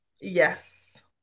yes